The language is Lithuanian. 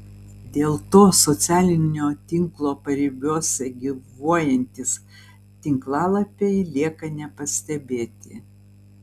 dėl to socialinio tinklo paribiuose gyvuojantys tinklalapiai lieka nepastebėti